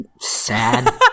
sad